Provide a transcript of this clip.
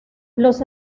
los